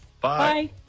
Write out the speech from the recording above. bye